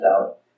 out